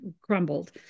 crumbled